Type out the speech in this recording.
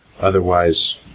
Otherwise